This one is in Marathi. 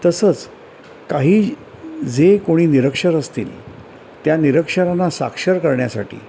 तसंच काही जे कोणी निरक्षर असतील त्या निरक्षरांना साक्षर करण्यासाठी